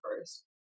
first